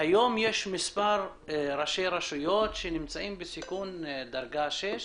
יש היום מספר ראשי רשויות שנמצאים בסיכון דרגה שש